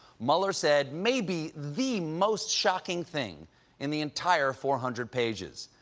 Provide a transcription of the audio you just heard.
mueller said maybe the most shocking thing in the entire four hundred pages,